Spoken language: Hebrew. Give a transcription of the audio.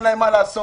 אין להם מה לעשות,